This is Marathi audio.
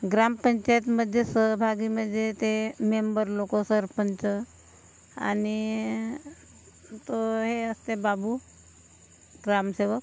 ग्रामपंचायतीमध्ये सहभागी म्हणजे ते मेंबर लोक सरपंच आणि तो हे असते बाबू ग्रामसेवक